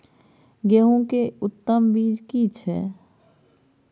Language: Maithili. गेहूं के उत्तम बीज की छै?